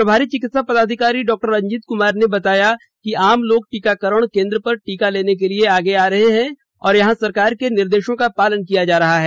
प्रभारी चिकित्सा पदाधिकारी डॉ रंजीत कुमार ने बताया कि आमलोग टीकाकरण केंद्र पर टीका लेने के लिए आ रहे हैं और यहां सरकार के निर्देशों का पालन किया जा रहा है